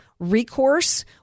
recourse